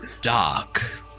dark